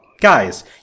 guys